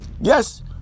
Yes